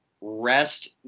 rest